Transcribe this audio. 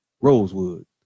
Rosewood